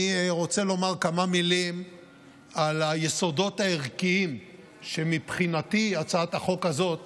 אני רוצה לומר כמה מילים על היסודות הערכיים שמבחינתי הצעת החוק הזאת